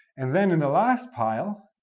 and then in the last pile,